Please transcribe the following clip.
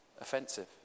offensive